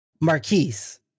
Marquise